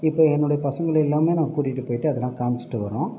இப்போது என்னுடைய பசங்களை எல்லாமே நான் கூட்டிகிட்டு போயிட்டு அதெலாம் காமிச்சுட்டு வரோம்